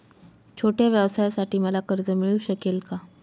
छोट्या व्यवसायासाठी मला कर्ज मिळू शकेल का?